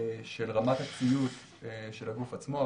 של רמת הציות של הגוף עצמו.